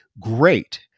great